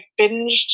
binged